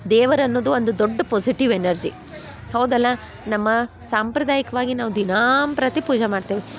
ದೇವರು ಅನ್ನುವುದು ಒಂದು ದೊಡ್ಡ ಪೊಝಿಟಿವ್ ಎನರ್ಜಿ ಹೌದಲ್ಲ ನಮ್ಮ ಸಾಂಪ್ರದಾಯಿಕ್ವಾಗಿ ನಾವು ದಿನಂಪ್ರತಿ ಪೂಜೆ ಮಾಡ್ತೇವೆ